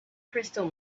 crystal